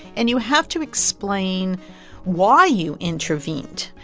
and you have to explain why you intervened,